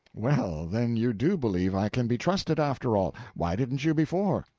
well, then you do believe i can be trusted, after all. why didn't you before?